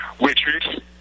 Richard